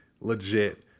legit